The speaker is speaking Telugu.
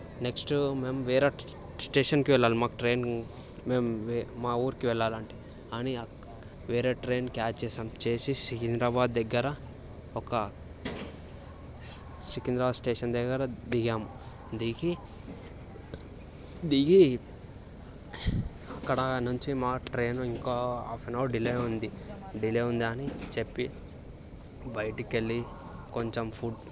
నెక్స్ట్ మేము వేరే స్టేషన్కి వెళ్ళాలి మాకు ట్రైన్ మేము మా ఊరికి వెళ్ళాలంటే అని వేరే ట్రైన్ క్యాచ్ చేసాం చేసి సికింద్రాబాద్ దగ్గర ఒక సికింద్రాబాద్ స్టేషన్ దగ్గర దిగాం దిగి దిగి అక్కడ నుంచి మాకు ట్రైన్ ఇంకా హాఫ్ ఆన్ అవర్ డిలే ఉంది డిలే ఉందని చెప్పి బయటికి వెళ్ళి కొంచెం ఫుడ్